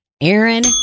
Aaron